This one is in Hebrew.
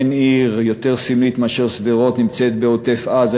אין עיר יותר סמלית משדרות: נמצאת בעוטף-עזה,